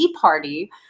party